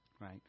Right